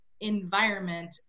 environment